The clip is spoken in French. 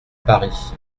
paris